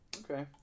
okay